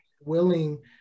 willing